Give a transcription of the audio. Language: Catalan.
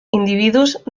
individus